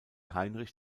heinrich